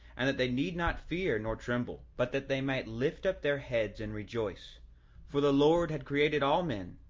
and that they need not fear nor tremble, but that they might lift up their heads and rejoice for the lord had created all men,